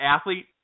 athlete